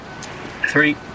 Three